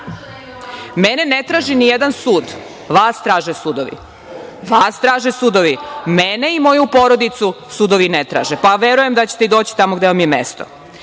Mene ne traži ni jedan sud. Vas traže sudovi. Mene i moju porodicu sudovi ne traže. Verujem da ćete doći tamo gde vam je mesto. Sve